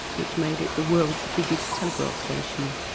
which made it the world's biggest telegraph station.